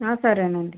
సరే అండి